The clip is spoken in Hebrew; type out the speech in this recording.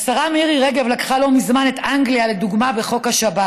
השרה מירי רגב לקחה לא מזמן את אנגליה כדוגמה בחוק השבת.